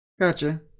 Gotcha